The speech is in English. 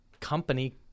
company –